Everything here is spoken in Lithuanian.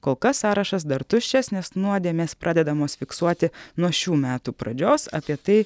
kol kas sąrašas dar tuščias nes nuodėmės pradedamos fiksuoti nuo šių metų pradžios apie tai